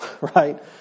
right